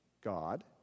God